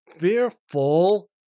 fearful